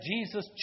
Jesus